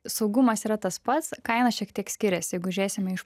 saugumas yra tas pats kaina šiek tiek skiriasi jeigu žiūrėsime iš